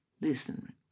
Listen